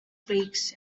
flakes